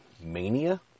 Mania